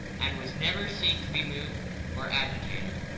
and was never seen to be moved or agitated.